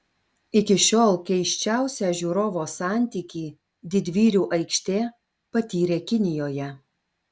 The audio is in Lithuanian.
iki šiol keisčiausią žiūrovo santykį didvyrių aikštė patyrė kinijoje